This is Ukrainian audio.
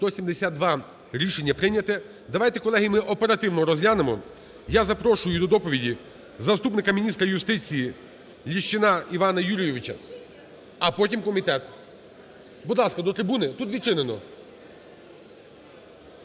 За-172 Рішення прийняте. Давайте, колеги, ми оперативно розглянемо. Я запрошую до доповіді заступника міністра юстиції Ліщина Івана Юрійовича, а потім - комітет. Будь ласка, до трибуни, тут відчинено.